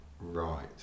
Right